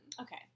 Okay